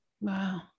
wow